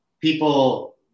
people